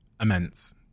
immense